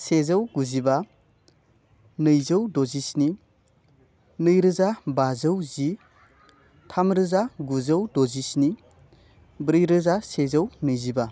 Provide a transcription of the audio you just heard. सेजौ गुजिबा नैजौ द'जिस्नि नै रोजा बाजौ जि थाम रोजा गुजौ द'जि स्नि ब्रै रोजा सेजौ नैजिबा